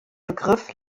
begriff